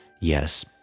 Yes